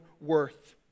worth